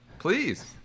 Please